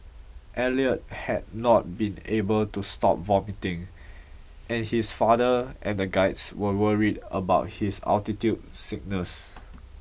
Elliot had not been able to stop vomiting and his father and the guides were worried about his altitude sickness